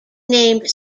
named